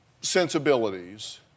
sensibilities